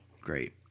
Great